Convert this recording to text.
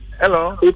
hello